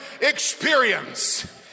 experience